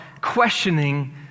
questioning